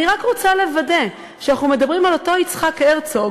אני רק רוצה לוודא שאנחנו מדברים על אותו יצחק הרצוג